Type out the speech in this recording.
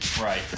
Right